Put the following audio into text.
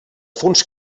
fons